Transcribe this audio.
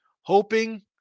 hoping